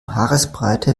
haaresbreite